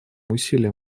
усилиям